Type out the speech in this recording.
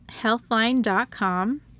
Healthline.com